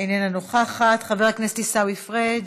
איננה נוכחת, חבר הכנסת עיסאווי פריג'